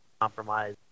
compromise